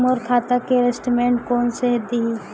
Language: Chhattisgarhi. मोर खाता के स्टेटमेंट कोन ह देही?